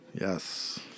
Yes